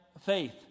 faith